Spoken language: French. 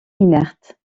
inerte